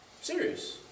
Serious